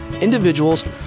individuals